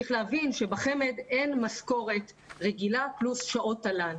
צריך להבין שבחמ"ד אין משכורת רגילה פלוס שעות תל"ן.